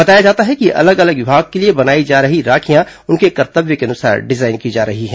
बताया जाता है कि अलग अलग विभाग के लिए बनाई जा रही राखियां उनके कर्तव्य के अनुसार डिजाइन की जा रही हैं